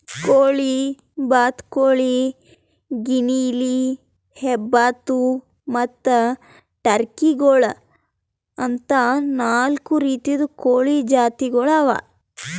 ಕೋಳಿ, ಬಾತುಕೋಳಿ, ಗಿನಿಯಿಲಿ, ಹೆಬ್ಬಾತು ಮತ್ತ್ ಟರ್ಕಿ ಗೋಳು ಅಂತಾ ನಾಲ್ಕು ರೀತಿದು ಕೋಳಿ ಜಾತಿಗೊಳ್ ಅವಾ